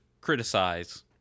criticize